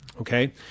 okay